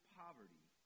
poverty